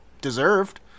deserved